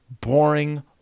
boring